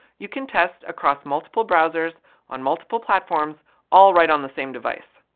you can test across multiple browsers on multiple platforms all right on the same device.